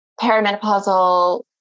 perimenopausal